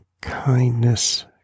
kindness